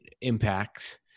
impacts